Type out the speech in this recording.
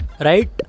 right